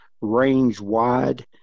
range-wide